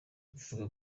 bivuga